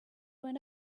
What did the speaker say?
went